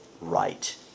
right